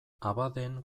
abadeen